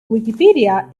wikipedia